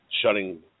shutting